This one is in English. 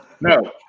no